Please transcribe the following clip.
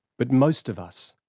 but most of us,